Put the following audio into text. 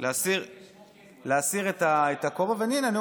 אני מסיר את הכובע בפניהם.